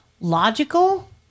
logical